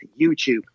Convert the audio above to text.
YouTube